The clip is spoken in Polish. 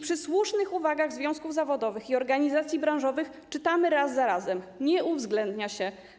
Przy słusznych uwagach związków zawodowych i organizacji branżowych czytamy raz za razem: nie uwzględnia się.